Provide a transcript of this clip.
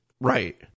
Right